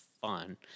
fun